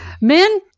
Men